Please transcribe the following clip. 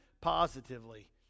positively